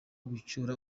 gucyura